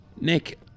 nick